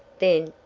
then,